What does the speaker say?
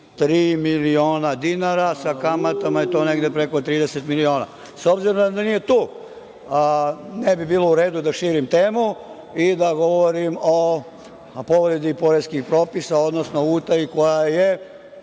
23 miliona dinara, sa kamatama je to negde preko 30 miliona.S obzirom da nije tu, ne bi bilo u redu da širim temu i da govorim o povredi poreskih propisa, odnosno utaji, koja je,